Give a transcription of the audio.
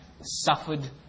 suffered